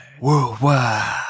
Worldwide